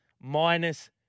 Minus